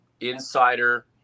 insider